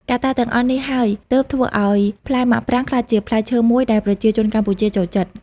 កត្តាទាំងអស់នេះហើយទើបធ្វើឲ្យផ្លែមាក់ប្រាងក្លាយជាផ្លែឈើមួយដែលប្រជាជនកម្ពុជាចូលចិត្ត។